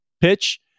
pitch